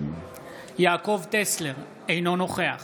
יעקב טסלר, אינו נוכח